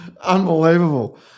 unbelievable